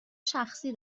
شخصی